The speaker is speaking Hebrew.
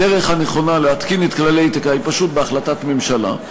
הדרך הנכונה להתקין את כללי האתיקה היא פשוט בהחלטת ממשלה.